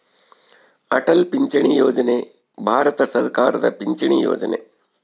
ಅಟಲ್ ಪಿಂಚಣಿ ಯೋಜನೆ ಭಾರತ ಸರ್ಕಾರದ ಪಿಂಚಣಿ ಯೊಜನೆ